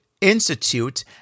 Institute